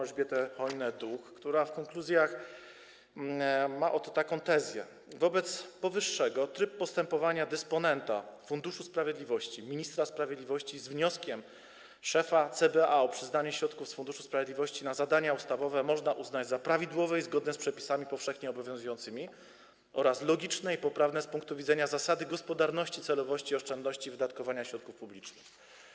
Elżbietę Chojnę-Duch, która w konkluzjach postawiła taką oto tezę: wobec powyższego tryb postępowania dysponenta Funduszu Sprawiedliwości ministra sprawiedliwości z wnioskiem szefa CBA o przyznanie środków z Funduszu Sprawiedliwości na zadania ustawowe można uznać za prawidłowy i zgodny z przepisami powszechnie obowiązującymi oraz logiczny i poprawny z punktu widzenia zasady gospodarności, celowości i oszczędności wydatkowania środków publicznych.